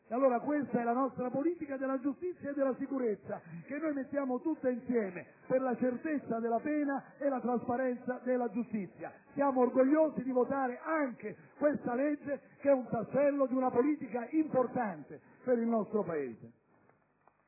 euro. Questa è la nostra politica della giustizia e della sicurezza, che noi mettiamo tutta insieme per la certezza della pena e la trasparenza della giustizia. Siamo orgogliosi di votare anche questa legge, che è un tassello di una politica importante per il nostro Paese.